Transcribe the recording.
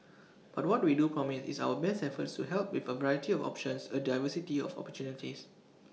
but what we do promise is our best efforts to help with A variety of options A diversity of opportunities